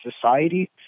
society